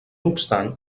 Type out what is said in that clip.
obstant